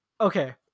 okay